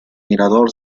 mirador